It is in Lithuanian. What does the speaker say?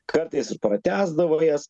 kartais ir pratęsdavo jas